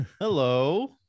Hello